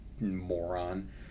moron